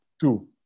Two